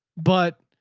but